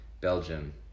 Belgium